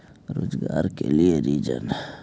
रोजगार के लिए ऋण?